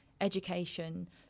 education